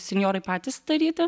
senjorai patys daryti